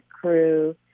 crew